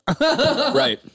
right